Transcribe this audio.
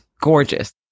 gorgeous